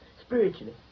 spiritually